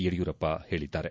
ಯಡಿಯೂರಪ್ಪ ಹೇಳಿದ್ದಾರೆ